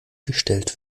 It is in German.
gestellt